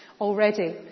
already